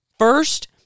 First